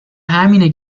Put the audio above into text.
همینه